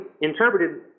interpreted